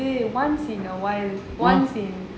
once in a while once in